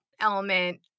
element